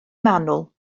manwl